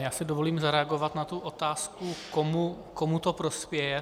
Já si dovolím zareagovat na tu otázku, komu to prospěje.